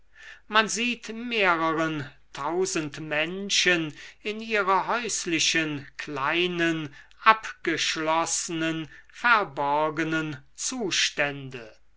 man sieht mehreren tausend menschen in ihre häuslichen kleinen abgeschlossenen verborgenen zustände